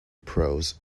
pros